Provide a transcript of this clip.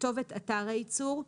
כתובת אתר הייצור,